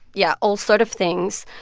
yeah, all sort of things.